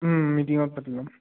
মিটিঙত পাতি ল'ম